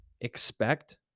expect